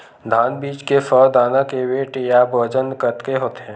धान बीज के सौ दाना के वेट या बजन कतके होथे?